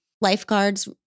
lifeguards